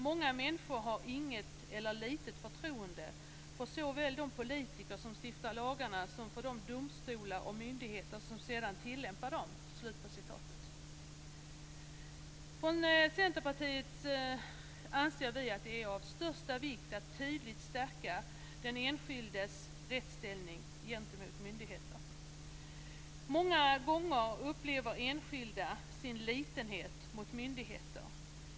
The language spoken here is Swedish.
Många människor har inget eller litet förtroende för såväl de politiker som stiftar lagarna som för de domstolar och myndigheter som sedan tillämpar dem." I Centerpartiet anser vi att det är av största vikt att tydligt stärka den enskildes rättsställning gentemot myndigheter. Många gånger upplever enskilda sin litenhet gentemot myndigheter.